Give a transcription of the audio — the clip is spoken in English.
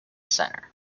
center